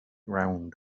round